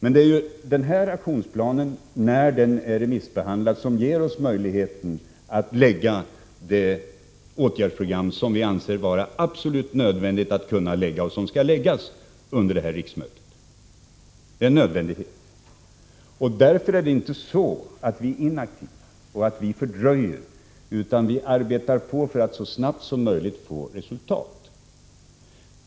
När denna aktionsplan är remissbehandlad ger den oss möjlighet att lägga fram det åtgärdsprogram vi anser vara en absolut nödvändighet att förelägga detta riksmöte. Vi är alltså inte inaktiva och vi fördröjer inte åtgärderna, utan vi arbetar för att så snabbt som möjligt få resultat.